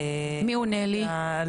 מתקשרת.